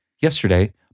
Yesterday